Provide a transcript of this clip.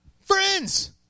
Friends